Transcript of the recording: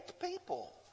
people